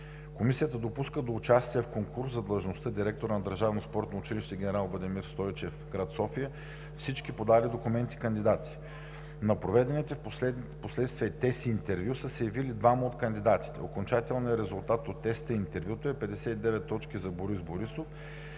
Комисията допуска до участие в конкурс за длъжността „директор“ на държавно спортно училище „Генерал Владимир Стойчев“ – град София, всички кандидати, подали документи. На проведените впоследствие тест и интервю са се явили двама от кандидатите. Окончателният резултат от теста и интервюто е 59 точки за Борис Борисов